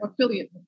affiliate